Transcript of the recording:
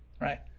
Right